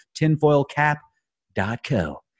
tinfoilcap.co